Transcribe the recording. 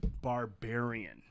Barbarian